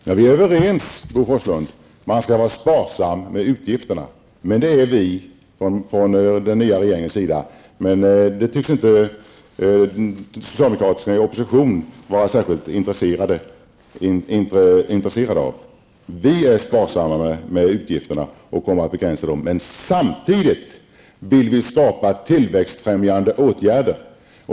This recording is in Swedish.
Herr talman! Vi är överens, Bo Forslund, om att man skall vara sparsam med utgifterna. Vi i den nya regeringen är sparsamma. Men socialdemokraterna i opposition tycks inte vara särskilt intresserade i det avseendet. Vi är alltså sparsamma när det gäller utgifterna, och vi kommer att begränsa dessa. Men samtidigt vill vi vidta tillväxtfrämjande åtgärder.